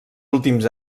últims